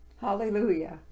hallelujah